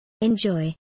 Enjoy